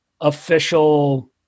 official